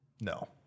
no